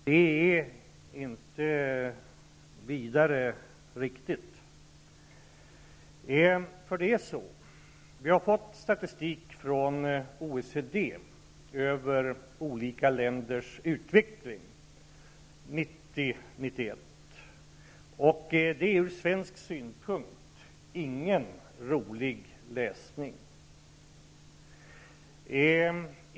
Det är inte särskilt riktigt. Vi har fått statistik från OECD över olika länders utveckling 1990/91. Det är ur svensk synvinkel ingen rolig läsning.